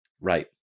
Right